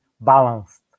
balanced